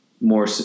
more